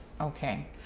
okay